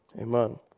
Amen